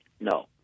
No